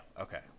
Okay